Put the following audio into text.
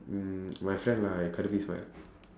mm my friend lah [what]